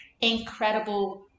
incredible